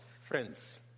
friends